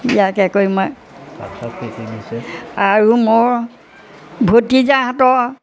ইয়াকে কৈ মই আৰু মোৰ ভতিজাহঁতৰ